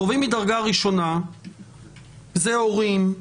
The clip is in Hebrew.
קרובים מדרגה ראשונה זה הורים,